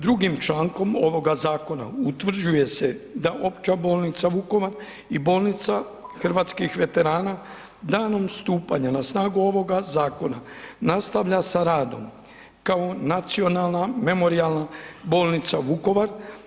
Drugim člankom ovoga zakona utvrđuje se da Opća županijska bolnica Vukovar i bolnica Hrvatskih veterana danom stupanja na snagu ovoga zakona nastavlja sa radom kao Nacionalna memorijalna bolnica Vukovar.